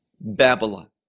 Babylon